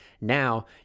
Now